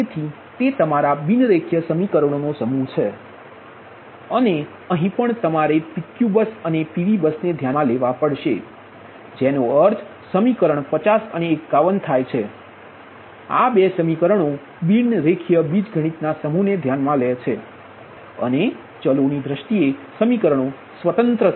તેથી તે તમારા બિન રેખીય સમીકરણોનો સમૂહ છે અને અહીં પણ તમારે PQ બસ અને PV બસને ધ્યાનમાં લેવા પડશે જેનો અર્થ સમીકરણ 50 અને 51 થાય છે આ 2 સમીકરણો બિન રેખીય બીજગણિતના સમૂહને ધ્યાનમાં લે છે અને ચલોની દ્રષ્ટિએ સમીકરણો સ્વતંત્ર છે